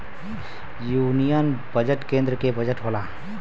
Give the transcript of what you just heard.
union budget केन्द्र के budget होला